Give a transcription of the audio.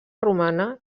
romana